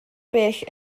bell